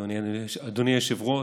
אדוני היושב-ראש,